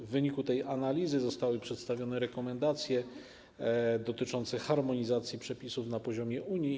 W wyniku tej analizy zostały przedstawione rekomendacje dotyczące harmonizacji przepisów na poziomie Unii.